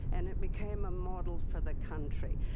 and it became a model for the country.